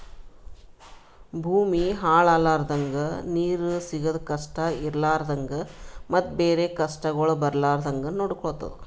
ಭೂಮಿ ಹಾಳ ಆಲರ್ದಂಗ, ನೀರು ಸಿಗದ್ ಕಷ್ಟ ಇರಲಾರದಂಗ ಮತ್ತ ಬೇರೆ ಕಷ್ಟಗೊಳ್ ಬರ್ಲಾರ್ದಂಗ್ ನೊಡ್ಕೊಳದ್